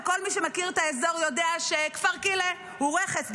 וכל מי שמכיר את האזור יודע שכפר כילא הוא רכס,